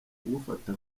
kugufata